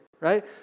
right